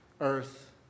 earth